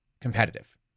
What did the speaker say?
competitive